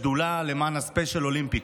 שדולה למען הספיישל אולימפיקס.